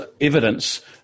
evidence